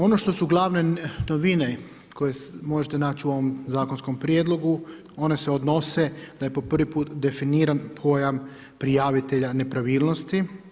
Ono što su glavne … koje možete naći u ovom zakonskom prijedlogu, one se odnose da je po prvi puta definiran pojam prijavitelja nepravilnosti.